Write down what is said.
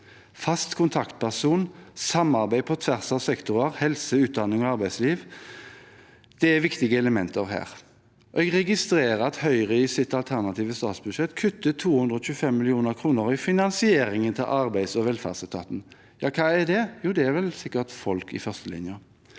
fast kontaktperson, samarbeid på tvers av sektorer, helse, utdanning og arbeidsliv. Det er viktige elementer her. Jeg registrerer at Høyre i sitt alternative statsbudsjett kutter 225 mill. kr i finansieringen til arbeids- og velferdsetaten. Hva er det? Jo, det er vel sikkert folk i førstelinjen.